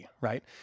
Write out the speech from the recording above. right